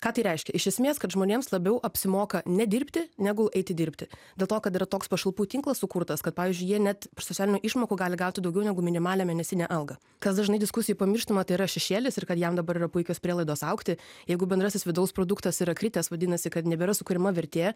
ką tai reiškia iš esmės kad žmonėms labiau apsimoka nedirbti negu eiti dirbti dėl to kad yra toks pašalpų tinklas sukurtas kad pavyzdžiui jie net socialinių išmokų gali gauti daugiau negu minimalią mėnesinę algą kas dažnai diskusijoj pamirštama tai yra šešėlis ir kad jam dabar yra puikios prielaidos augti jeigu bendrasis vidaus produktas yra kritęs vadinasi kad nebėra sukuriama vertė